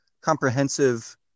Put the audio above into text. comprehensive